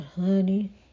honey